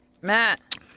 Matt